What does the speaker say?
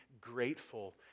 grateful